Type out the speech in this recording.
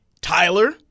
Tyler